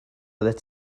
oeddet